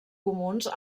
comuns